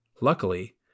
Luckily